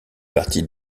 partie